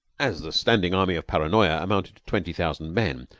as the standing army of paranoya amounted to twenty thousand men,